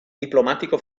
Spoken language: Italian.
diplomatico